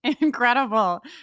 Incredible